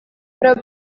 para